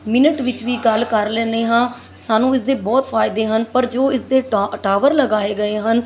minute ਵਿੱਚ ਵੀ ਗੱਲ ਕਰ ਲੈਂਦੇ ਹਾਂ ਸਾਨੂੰ ਇਸ ਦੇ ਬਹੁਤ ਫ਼ਾਇਦੇ ਹਨ ਪਰ ਜੋ ਇਸ ਦੇ ਟਾ ਟਾਵਰ ਲਗਾਏ ਗਏ ਹਨ